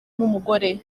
n’umugore